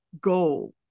goal